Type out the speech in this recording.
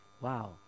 Wow